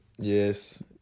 Yes